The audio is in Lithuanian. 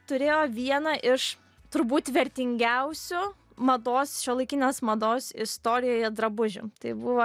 turėjo vieną iš turbūt vertingiausių mados šiuolaikinės mados istorijoje drabužių tai buvo